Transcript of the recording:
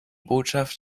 botschaft